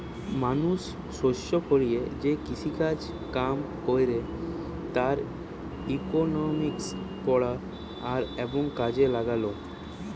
মানুষ শস্য ফলিয়ে যে কৃষিকাজ কাম কইরে তার ইকোনমিক্স পড়া আর এবং কাজে লাগালো